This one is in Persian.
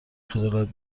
خجالت